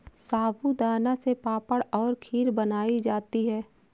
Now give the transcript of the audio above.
साबूदाना से पापड़ और खीर बनाई जाती है